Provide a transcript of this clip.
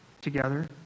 together